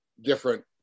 different